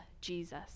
Jesus